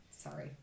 Sorry